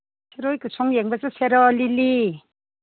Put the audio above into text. ꯁꯤꯔꯣꯏ ꯀꯁꯣꯝ ꯌꯦꯡꯕ ꯆꯠꯁꯤꯔꯣ ꯂꯤꯂꯤ